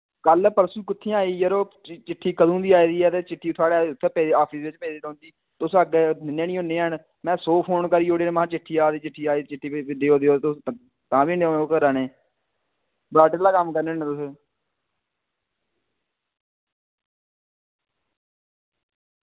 कल परसों कुत्थें आई यरो चिट्ठी कदूं दी आई दी ऐ ते चिट्ठी थुआढ़ै उत्थै पेदी आफिस च पेदी रौंह्दी तुस अग्गें दिन्ने गै निं होन्ने हैन में सौ फोन करी ओड़े कि महां चिट्ठी आई दी चिट्ठी आई दी चिट्ठी देओ चिट्ठी देओ तुस तां बी ओह् करै ने बड़ा ढिल्ला कम्म करने होन्ने तुस